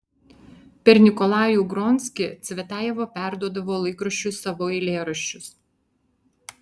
per nikolajų gronskį cvetajeva perduodavo laikraščiui savo eilėraščius